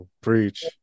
preach